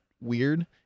weird